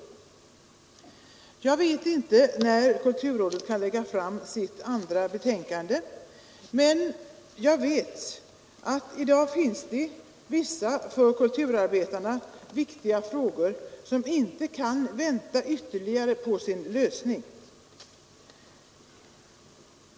Jag vet inte när kulturrådet kan lägga fram sitt andra betänkande, men jag vet att det i dag finns vissa för kulturarbetarna viktiga frågor som inte kan vänta ytterligare på sin lösning.